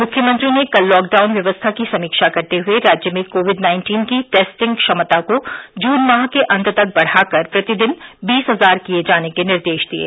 मुख्यमंत्री ने कल लॉकडाउन व्यवस्था की समीक्षा करते हुए राज्य में कोविड नाइन्टीन की टेस्टिंग क्षमता को जून माह के अंत तक बढ़ाकर प्रतिदिन बीस हजार किये जाने के निर्देश दिये